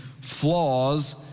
flaws